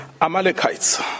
Amalekites